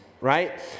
right